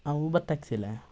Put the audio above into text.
ആ Uber taxi അല്ലെ